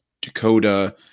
Dakota